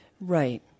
Right